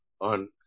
on